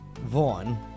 Vaughn